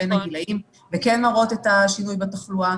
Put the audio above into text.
בין הגילאים וכן מראות את השינוי בתחלואה.